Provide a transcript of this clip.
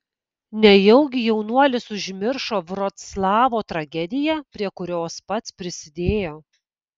nejaugi jaunuolis užmiršo vroclavo tragediją prie kurios pats prisidėjo